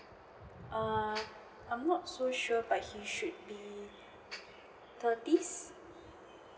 err I'm not so sure but he should be thirties